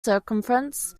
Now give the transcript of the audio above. circumference